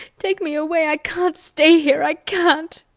take me away! i can't stay here i can't!